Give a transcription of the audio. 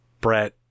Brett